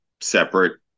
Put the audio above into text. separate